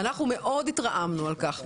אנחנו מאוד התרעמנו על כך.